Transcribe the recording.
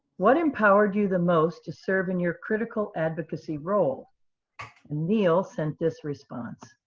what empowered you the most to serve in your critical advocacy role? and neil sent this response.